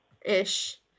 ish